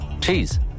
Cheese